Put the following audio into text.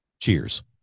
Cheers